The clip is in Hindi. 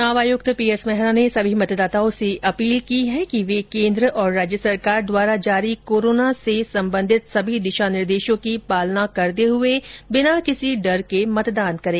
चुनाव आयुक्त पीएस मेहरा ने सभी मतदाताओं से अपील की है कि वे केंद्र और राज्य सरकार द्वारा जारी कोरोना र्से संबंधित सभी दिशा निर्देशों की पालना करते हुए निर्भय होकर मतदान करें